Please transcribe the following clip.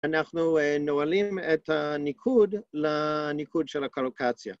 אנחנו נועלים את הניקוד לניקוד של הקלוקציה.